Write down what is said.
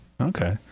Okay